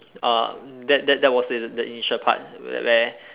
uh that that that was the the initial part where where